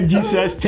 Jesus